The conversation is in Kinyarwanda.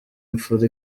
imfura